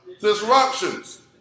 Disruptions